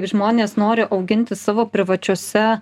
žmonės nori auginti savo privačiose